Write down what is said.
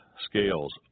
scales